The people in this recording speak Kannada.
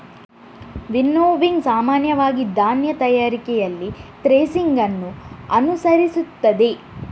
ವಿನ್ನೋವಿಂಗ್ ಸಾಮಾನ್ಯವಾಗಿ ಧಾನ್ಯ ತಯಾರಿಕೆಯಲ್ಲಿ ಥ್ರೆಸಿಂಗ್ ಅನ್ನು ಅನುಸರಿಸುತ್ತದೆ